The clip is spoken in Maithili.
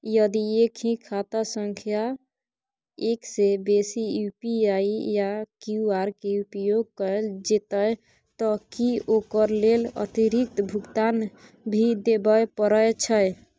यदि एक ही खाता सं एक से बेसी यु.पी.आई या क्यू.आर के उपयोग कैल जेतै त की ओकर लेल अतिरिक्त भुगतान भी देबै परै छै?